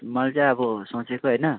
मैले चाहिँ अब सोचेको होइन